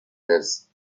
قرمز